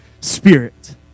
Spirit